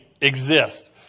exist